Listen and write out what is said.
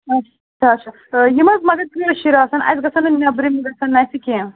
اچھا اچھا تہٕ یِم حظ مگر کٲشِر آسَن اَسہِ گَژھَن نہٕ نیٚبرِم گَژھَن نہٕ اَسہِ کیٚنٛہہ